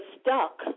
stuck